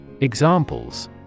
Examples